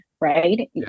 right